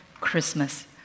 Christmas